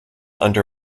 under